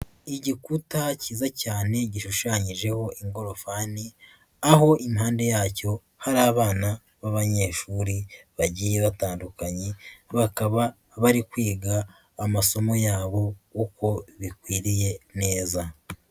Igikuta kiza cyane gishushanyijeho ingorofani, aho impande yacyo hari abana b'abanyeshuri bagiye batandukanye, bakaba bari kwiga amasomo yabo uko bikwiriye neza.